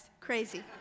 crazy